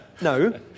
no